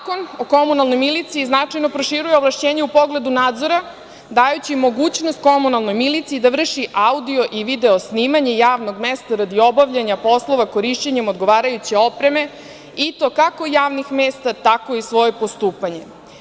Zakon o komunalnoj miliciji značajno proširuje ovlašćenje u pogledu nadzora, dajući mogućnost komunalnoj miliciji da vrši audio i video snimanje javnog mesta radi obavljanja poslova, korišćenjem odgovarajuće opreme i to kako javnih mesta, tako i svoje postupanje.